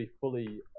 fully